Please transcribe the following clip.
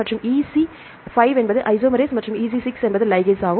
மற்றும் EC 5 என்பது isomerase மற்றும் EC 6 என்பது லைகேஸ் ஆகும்